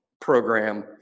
program